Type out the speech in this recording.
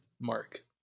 mark